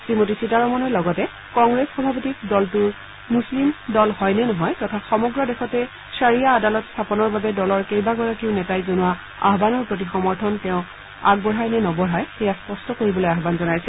শ্ৰীমতী সীতাৰমনে লগতে কংগ্ৰেছ সভাপতিক দলটোৰ মূছলিম দল হয় নে নহয় তথা সমগ্ৰ দেশতে শ্বাৰিয়া আদালত স্থাপনৰ বাবে দলৰ কেইবাগৰাকীও নেতাই জনোৱা আয়ানৰ প্ৰতি তেওঁ সমৰ্থন আগবঢ়ায় নে নবঢ়াই সেয়া স্পষ্ট কৰিবলৈ আয়ান জনাইছে